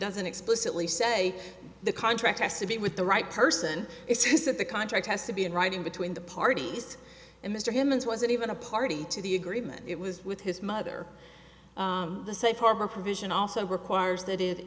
doesn't explicitly say the contract has to be with the right person it says that the contract has to be in writing between the parties and mr hammond wasn't even a party to the agreement it was with his mother the safe harbor provision also requires that